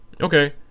okay